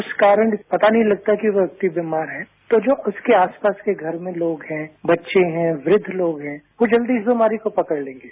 कुछ कारणपता नहीं लगता कि वो बीमार हैं तो जो उसके आसपास के घर में लोग हैं बच्चे हैं वृद्धलोग हैं वो जल्द इस बीमारी को पकड़ लेंगे